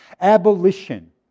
Abolition